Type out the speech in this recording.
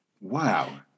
Wow